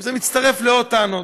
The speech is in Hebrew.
וזה מצטרף לעוד טענות.